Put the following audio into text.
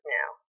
now